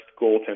goaltender